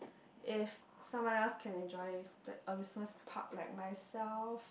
if someone else can enjoy the amusement park like myself